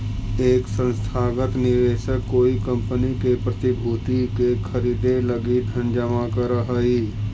एक संस्थागत निवेशक कोई कंपनी के प्रतिभूति के खरीदे लगी धन जमा करऽ हई